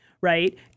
right